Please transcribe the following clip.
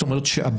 זאת אומרת שה-